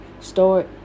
Start